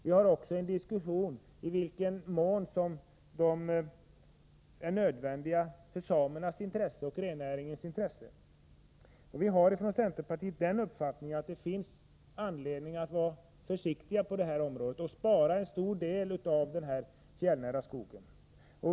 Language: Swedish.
Det förs också en diskussion om i vilken mån som de fjällnära skogarna är nödvändiga för samerna och rennäringen. Vi har i centerpartiet den uppfattningen att det finns anledning att vara försiktig på detta område och spara en stor del av den fjällnära skogen.